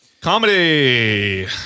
Comedy